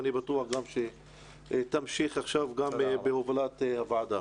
אני בטוח שגם עכשיו תמשיך כך בהובלת הוועדה.